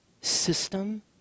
system